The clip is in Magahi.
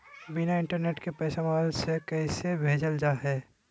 बिना इंटरनेट के पैसा मोबाइल से कैसे भेजल जा है?